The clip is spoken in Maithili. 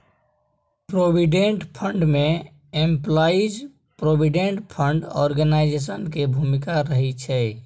प्रोविडेंट फंड में एम्पलाइज प्रोविडेंट फंड ऑर्गेनाइजेशन के भूमिका रहइ छइ